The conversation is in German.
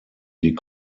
die